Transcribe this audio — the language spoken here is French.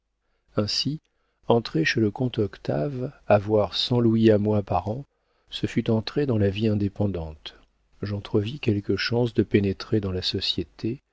ainsi entrer chez le comte octave avoir cent louis à moi par an ce fut entrer dans la vie indépendante j'entrevis quelques chances de pénétrer dans la société